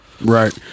Right